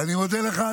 ואני מודה לך,